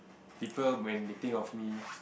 people when they think of me